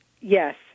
Yes